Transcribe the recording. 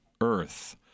earth